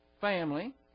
family